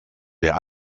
der